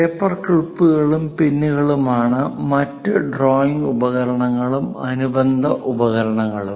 paper ക്ലിപ്പുകളും പിന്നുകളും ആണ് മറ്റ് ഡ്രോയിംഗ് ഉപകരണങ്ങളും അനുബന്ധ ഉപകരണങ്ങളും